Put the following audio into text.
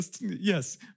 Yes